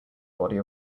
body